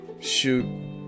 shoot